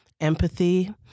empathy